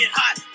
hot